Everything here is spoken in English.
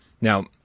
Now